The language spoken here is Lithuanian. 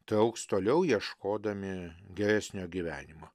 trauks toliau ieškodami geresnio gyvenimo